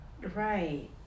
right